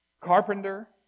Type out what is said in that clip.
Carpenter